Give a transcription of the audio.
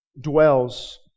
dwells